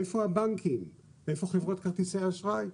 איפה הבנקים, איפה חברות כרטיסי האשראי?